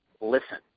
Listen